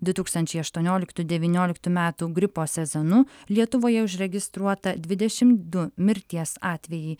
du tūkstančiai aštuonioliktų devynioliktų metų gripo sezonu lietuvoje užregistruota dvidešimt du mirties atvejai